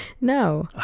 No